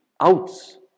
outs